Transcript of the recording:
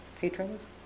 patrons